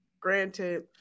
Granted